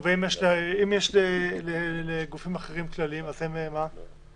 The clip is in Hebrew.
ואם גם לגופים אחרים יש כללים אז הם גם מוחרגים?